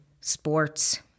sports